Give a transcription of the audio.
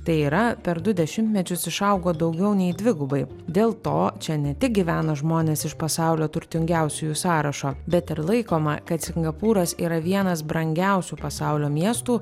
tai yra per du dešimtmečius išaugo daugiau nei dvigubai dėl to čia ne tik gyvena žmonės iš pasaulio turtingiausiųjų sąrašo bet ir laikoma kad singapūras yra vienas brangiausių pasaulio miestų